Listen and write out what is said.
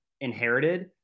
inherited